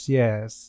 yes